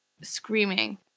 screaming